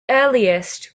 earliest